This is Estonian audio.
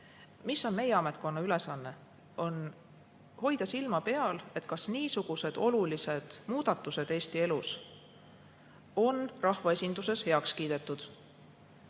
raske. Meie ametkonna ülesanne on hoida silma peal, kas niisugused olulised muudatused Eesti elus on rahvaesinduses heaks kiidetud.